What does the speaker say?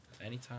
Anytime